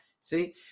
See